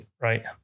right